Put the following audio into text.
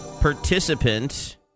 participant